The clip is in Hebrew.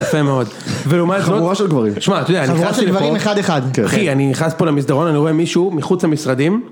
יפה מאוד, ולעומת זאת, חבורה של גברים, תשמע אתה יודע, חבורה של גברים אחד אחד. אחי אני נכנס פה למסדרון אני רואה מישהו מחוץ למשרדים